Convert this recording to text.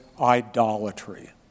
idolatry